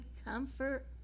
comfort